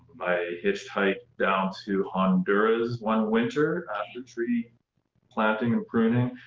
i hitchhiked down to honduras one winter after tree planting and pruning,